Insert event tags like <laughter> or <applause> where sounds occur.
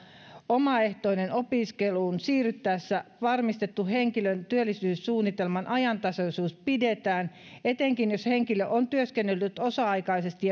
omaehtoiseen opiskeluun siirryttäessä on varmistettu henkilön työllisyyssuunnitelman ajantasaisuus etenkin jos henkilö on työskennellyt osa aikaisesti <unintelligible>